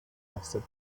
custard